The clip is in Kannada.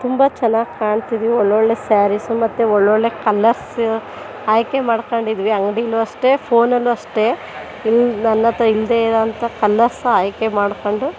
ತುಂಬ ಚೆನ್ನಾಗಿ ಕಾಣ್ತಿದ್ವಿ ಒಳ್ಳೊಳ್ಳೆ ಸ್ಯಾರೀಸು ಮತ್ತೆ ಒಳ್ಳೊಳ್ಳೆ ಕಲ್ಲರ್ಸ ಆಯ್ಕೆ ಮಾಡ್ಕೊಂಡಿದ್ವಿ ಅಂಗಡೀಲು ಅಷ್ಟೇ ಫೋನಲ್ಲೂ ಅಷ್ಟೇ ಇನ್ನೂ ನನ್ನ ಹತ್ರ ಇಲ್ಲದೇ ಇರುವಂಥ ಕಲ್ಲರ್ಸ್ನ ಆಯ್ಕೆ ಮಾಡಿಕೊಂಡು